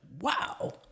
wow